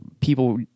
people –